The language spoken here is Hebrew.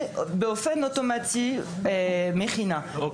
--- שזו תוכנית במקום בחינת יע"ל